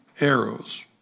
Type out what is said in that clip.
arrows